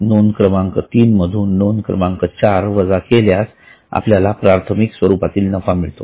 नोंद क्रमांक 3 मधून नोंद क्रमांक चार वजा केल्यास आपल्याला प्राथमिक स्वरूपातील नफा मिळतो